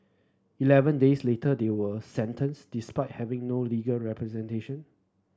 eleven days later they were sentenced despite having no legal representation